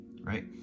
Right